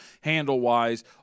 handle-wise